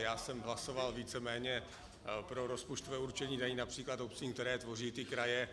Já jsem hlasoval víceméně pro rozpočtové určení daní například obcím, které tvoří ty kraje.